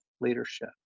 leadership